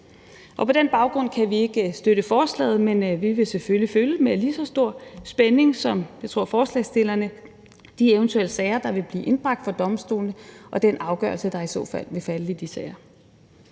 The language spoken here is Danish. På den baggrund kan vi ikke støtte beslutningsforslaget. Men vi vil selvfølgelig med lige så stor spænding som forslagsstillerne, tror jeg, følge de eventuelle sager, der vil blive indbragt for domstolene, og den afgørelse, der i så fald vil falde i de sager.